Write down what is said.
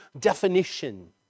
definition